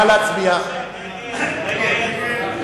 נא להצביע.